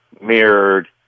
mirrored